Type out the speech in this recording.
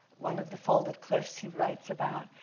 one of the folded cliffs he writes about.